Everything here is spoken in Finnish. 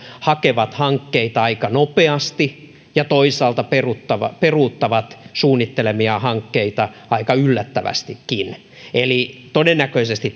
hakevat hankkeita aika nopeasti ja toisaalta peruuttavat peruuttavat suunnittelemiaan hankkeita aika yllättävästikin eli todennäköisesti